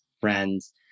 friends